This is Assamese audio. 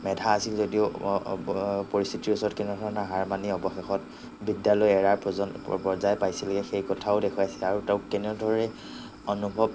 মেধা আছিল যদিও পৰিস্থিতিৰ ওচৰত কেনেধৰণে হাৰ মানি অৱশেষত বিদ্যালয় এৰাৰ পৰ্যন পৰ্য়ায় পাইছিলগে সেই কথাও দেখুৱাইছে আৰু তেওঁক কেনেদৰে অনুভৱ